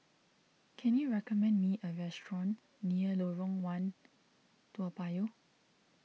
can you recommend me a restaurant near Lorong one Toa Payoh